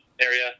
area